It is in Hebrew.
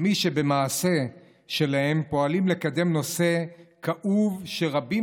למי שבמעשה שלהם פועלים לקדם נושא כאוב שרבים